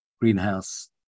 greenhouse